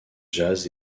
jazz